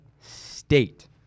State